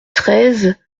treize